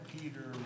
Peter